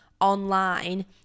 online